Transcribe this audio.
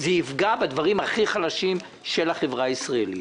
זה יפגע באנשים הכי חלשים בחברה הישראלית.